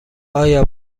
آیا